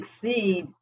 succeed